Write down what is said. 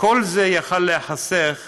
כל זה היה יכול להיחסך